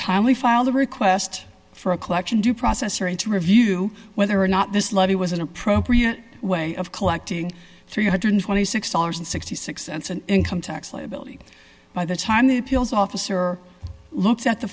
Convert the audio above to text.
timely filed a request for a collection due process or an to review whether or not this levy was an appropriate way of collecting three hundred and twenty six dollars sixty six cents and income tax liability by the time the appeals officer looked at the